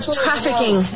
trafficking